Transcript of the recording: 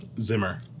zimmer